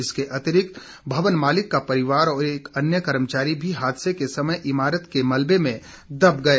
इसके अतिरिक्त भवन मालिक का परिवार और अन्य कर्मचारी भी हादसे के समय इमारत के मलबे में दब गए